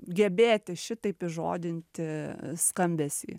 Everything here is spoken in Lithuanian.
gebėti šitaip įžodinti skambesį